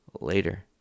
Later